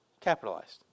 capitalized